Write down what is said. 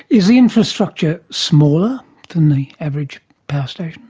is the infrastructure smaller than the average power station?